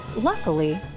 Luckily